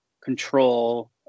control